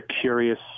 curious